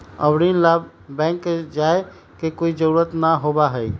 अब ऋण ला बैंक जाय के कोई जरुरत ना होबा हई